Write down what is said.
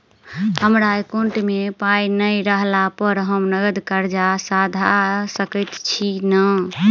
हमरा एकाउंट मे पाई नै रहला पर हम नगद कर्जा सधा सकैत छी नै?